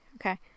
Okay